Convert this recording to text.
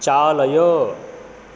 चालय